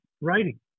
writing